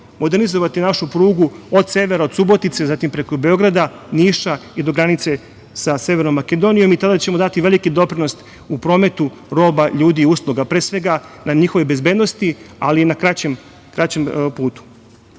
modernizovati našu prugu od severa od Subotice, zatim preko Beograda, Niša i do granice sa Severnom Makedonijom i tada ćemo dati veliki doprinos u prometu roba, ljudi i usluga, pre svega radi njihove bezbednosti, ali i na kraćem putu. Što